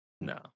No